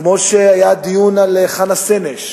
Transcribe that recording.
כמו הדיון על חנה סנש,